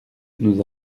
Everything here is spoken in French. nous